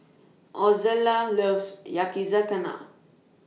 Ozella loves Yakizakana